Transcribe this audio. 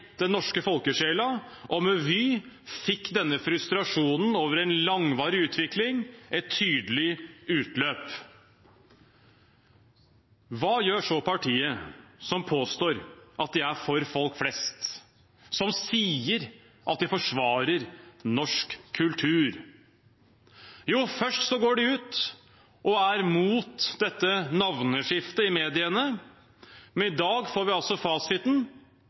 den norske folkesjelen, og med Vy fikk denne frustrasjonen over en langvarig utvikling et tydelig utløp. Hva gjør så partiet som påstår at de er for folk flest, som sier at de forsvarer norsk kultur? Jo, først går de ut og er mot dette navneskiftet i media. I dag får vi altså